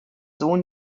sohn